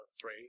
three